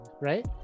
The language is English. right